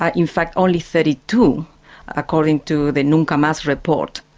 ah in fact, only thirty two according to the nunca mas report,